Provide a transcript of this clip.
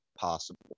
possible